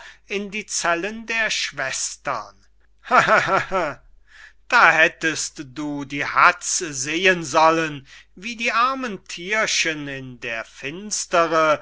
in die zellen der schwestern hahaha da hättest du die hatz sehen sollen wie die armen thiergen in der finstere